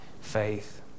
faith